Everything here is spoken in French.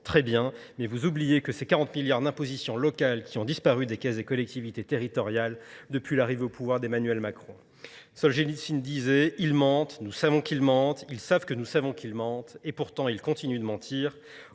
très bien, mais vous oubliez que ces 40 milliards d'impositions locales qui ont disparu des caisses des collectivités territoriales depuis l'arrivée au pouvoir d'Emmanuel Macron. Solzhenitsyn disait « ils mentent, nous savons qu'ils mentent, ils savent que nous savons qu'ils mentent, et pourtant ils continuent de mentir ».